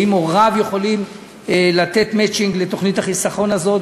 האם הוריו יכולים לתת מצ'ינג לתוכנית החיסכון הזאת,